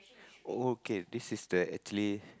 okay this is the actually